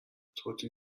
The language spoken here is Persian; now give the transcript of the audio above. توتی